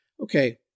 Okay